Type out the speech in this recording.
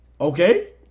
Okay